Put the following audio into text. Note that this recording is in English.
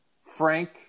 Frank